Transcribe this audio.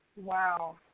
Wow